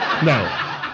No